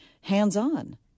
hands-on